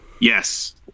Yes